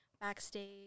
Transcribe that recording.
backstage